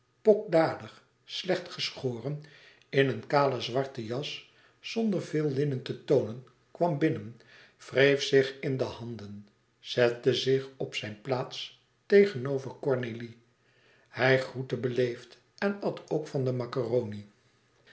pokdalig slecht geschoren in een kale zwarte jas zonder veel linnen te toonen kwam binnen wreef zich in de handen zette zich op zijn plaats tegenover cornélie hij groette beleefd en at ook van de macaroni